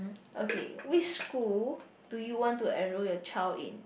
okay which school do you want to enroll your child in